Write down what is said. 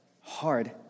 Hard